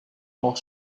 auch